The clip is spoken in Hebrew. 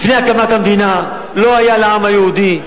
לפני הקמת המדינה לא היה לעם היהודי,